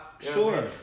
Sure